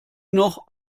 noch